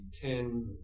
ten